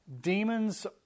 demons